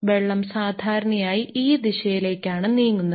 വെള്ളം സാധാരണയായി ഈ ദിശയിലേക്കാണ് നീങ്ങുന്നത്